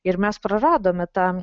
ir mes praradome tą